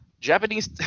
Japanese